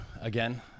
again